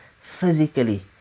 physically